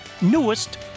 newest